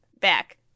back